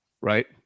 right